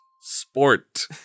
Sport